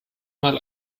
mal